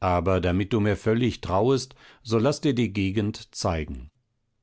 aber damit du mir völlig trauest so laß dir die gegend zeigen